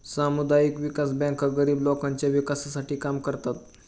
सामुदायिक विकास बँका गरीब लोकांच्या विकासासाठी काम करतात